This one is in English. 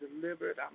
delivered